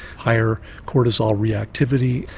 higher cortisol reactivity,